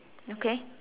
okay